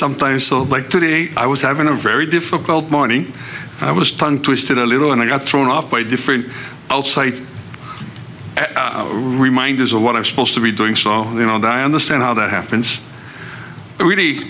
sometimes so like today i was having a very difficult morning i was tongue twisted a little and i got thrown off by different outside reminders of what i was supposed to be doing so you know that i understand how that happens i really